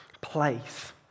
place